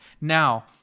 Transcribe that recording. Now